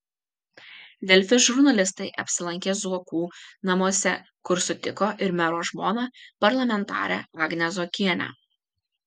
delfi žurnalistai apsilankė zuokų namuose kur sutiko ir mero žmoną parlamentarę agnę zuokienę